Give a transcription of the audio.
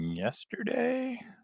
yesterday